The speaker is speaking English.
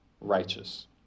righteous